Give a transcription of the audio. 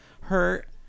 hurt